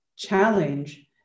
Challenge